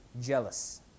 jealous